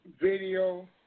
video